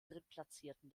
drittplatzierten